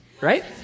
right